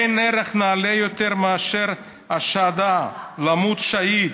אין ערך נעלה יותר מאשר השוהדא, למות שהיד.